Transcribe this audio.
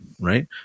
right